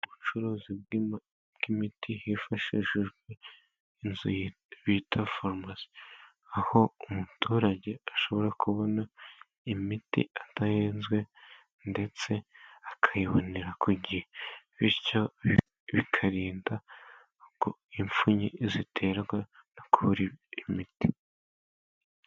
Ubucuruzi bw'imiti hifashishijwe inzu bita farumasi, aho umuturage ashobora kubona imiti adahenzwe, ndetse akayibonera ku gihe. Bityo bikarinda impfu ziterwa no kubura imiti.